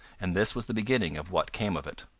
and this was the beginning of what came of it.